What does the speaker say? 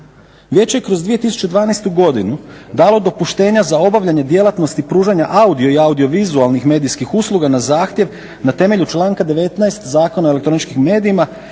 Vijeće je kroz 2012.godinu dalo dopuštenja za obavljanje djelatnosti pružanja audio i audiovizualnih medijskih usluga na zahtjev na temelju članka 19. Zakona o elektroničkim medijima